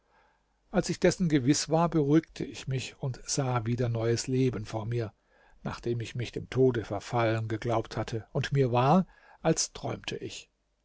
als ich dessen gewiß war beruhigte ich mich und sah wieder neues leben vor mir nachdem ich mich dem tode verfallen geglaubt hatte und mir war als träumte ich